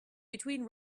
between